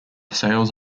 sales